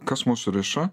kas mus riša